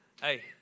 hey